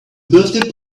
birthday